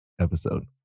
episode